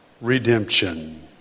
redemption